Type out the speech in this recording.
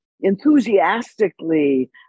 enthusiastically